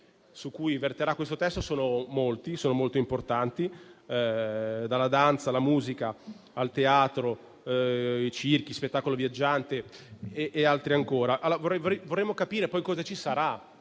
su cui verterà il testo sono molti e molto importanti: dalla danza alla musica al teatro, ai circhi, allo spettacolo viaggiante e altro ancora. Vorremmo capire poi cosa ci sarà